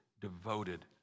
devoted